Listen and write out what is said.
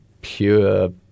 pure